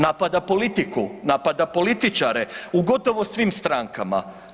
Napada politiku, napada političare u gotovo svim strankama.